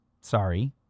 sorry